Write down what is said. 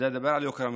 אני אדבר על יוקר המחיה.